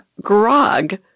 grog